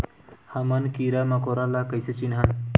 हमन कीरा मकोरा ला कइसे चिन्हन?